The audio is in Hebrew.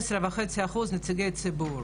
ו-12.5% נציגי ציבור